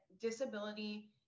disability